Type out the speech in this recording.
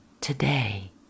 today